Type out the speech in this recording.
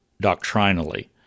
doctrinally